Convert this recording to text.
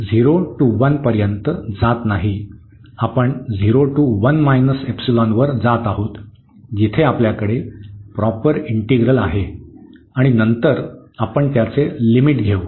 तर आपण 0 ते 1 पर्यंत जात नाही तर आपण 0 ते वर जात आहोत जिथे आपल्याकडे प्रॉपर इंटिग्रल आहे आणि नंतर आपण त्याचे लिमिट घेऊ